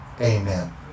Amen